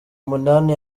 umunani